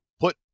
put